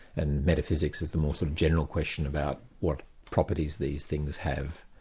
and metaphysics is the more so general question about what properties these things have.